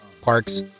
Parks